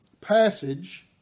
passage